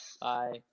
Bye